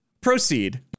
Proceed